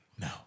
no